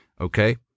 okay